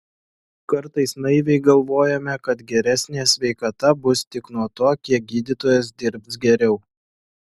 kartais naiviai galvojame kad geresnė sveikata bus tik nuo to kiek gydytojas dirbs geriau